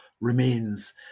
remains